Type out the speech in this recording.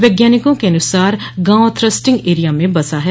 वैज्ञानिकों के अनुसार गांव थ्रसटिंग एरिया में बसा है